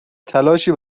تلاشی